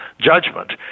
judgment